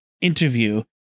interview